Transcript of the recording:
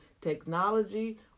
technology